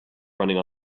running